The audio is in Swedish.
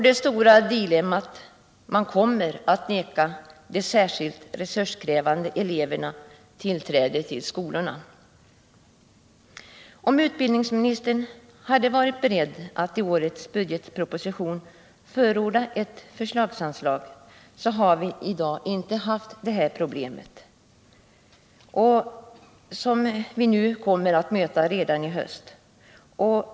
Det stora dilemmat är att man kommer att vägra de särskilt resurskrävande eleverna inträde vid skolorna. Om utbildningsministern hade varit beredd att i årets budgetproposition förorda ett förslagsanslag, hade det problem som vi nu kommer att möta redan i höst inte uppstått.